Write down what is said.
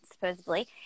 supposedly